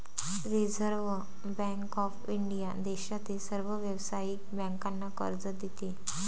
reserve bank of India देशातील सर्व व्यावसायिक बँकांना कर्ज देते